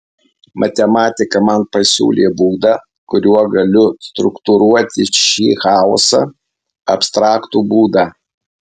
matematika man pasiūlė būdą kuriuo galiu struktūruoti šį chaosą abstraktų būdą